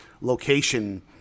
location